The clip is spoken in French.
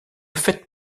faites